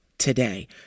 Today